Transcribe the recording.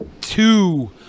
two